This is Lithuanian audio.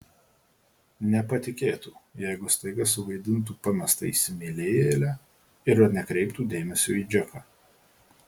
nepatikėtų jeigu staiga suvaidintų pamestą įsimylėjėlę ir nekreiptų dėmesio į džeką